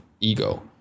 ego